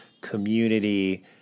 community